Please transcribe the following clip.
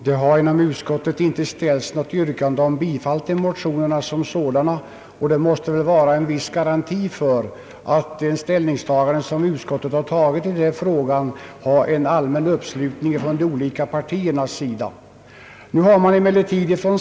Herr talman! Inom utskottet ställdes inte något yrkande om bifall till motionerna, och det måste väl vara en viss garanti för att de olika partierna sluter upp bakom utskottets ställningstagande i den här frågan.